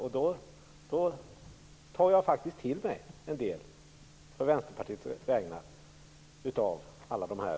Jag tar till mig av hyllningstalen å Vänsterpartiets vägnar.